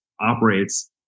operates